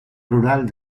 rural